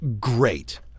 great